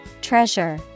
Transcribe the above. Treasure